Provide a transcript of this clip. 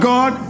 God